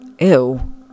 Ew